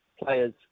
players